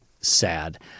sad